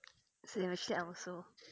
when I scared I also